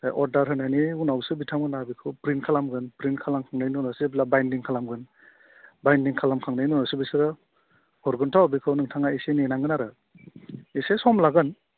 order होनायनि उनावसो बिथांमोना बेखौ प्रिन्ट खालामगोन प्रिन्ट खालामफिननायनि उनावसो बाइन्डिं खालामगोन बाइन्डिं खालामखांनायनि उनावसो बिसोरो हरगोनथ' बेखौ नोंथाङा एसे नेनांगोन आरो एसे सम लागोन